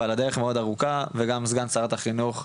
אבל הדרך מאוד ארוכה וגם שגן שרת החינוך,